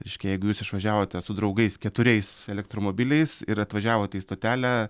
reiškia jeigu jūs išvažiavote su draugais keturiais elektromobiliais ir atvažiavote į stotelę